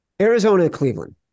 Arizona-Cleveland